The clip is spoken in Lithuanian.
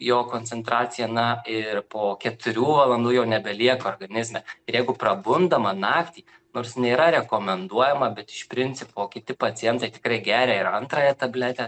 jo koncentracija na ir po keturių valandų jau nebelieka organizme ir jeigu prabundama naktį nors nėra rekomenduojama bet iš principo kiti pacientai tikrai geria ir antrąją tabletę